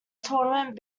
tournament